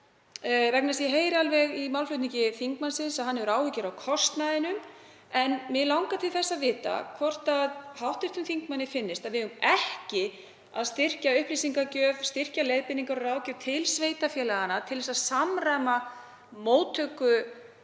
fólks. Ég heyri alveg á málflutningi þingmannsins að hann hefur áhyggjur af kostnaðinum. En mig langar til að vita hvort hv. þingmanni finnist að við eigum ekki að styrkja upplýsingagjöf, styrkja leiðbeiningar og ráðgjöf til sveitarfélaganna til þess að samræma móttöku